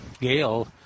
Gail